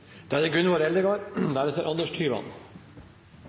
Da er det